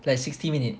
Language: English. like sixty minute